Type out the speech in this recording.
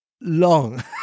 Long